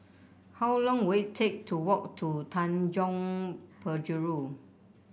how long will it take to walk to Tanjong Penjuru